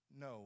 No